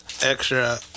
extra